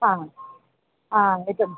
आ आ एतद्